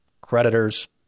creditors